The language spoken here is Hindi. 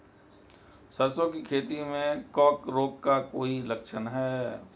सरसों की खेती में कवक रोग का कोई लक्षण है?